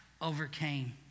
overcame